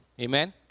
Amen